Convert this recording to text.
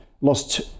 Lost